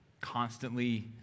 constantly